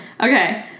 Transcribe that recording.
Okay